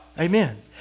Amen